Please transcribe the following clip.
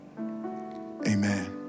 amen